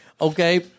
Okay